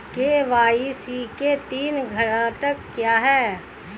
KYC के तीन घटक क्या हैं?